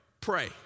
pray